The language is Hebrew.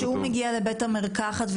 כשהוא מגיע לבית מרקחת,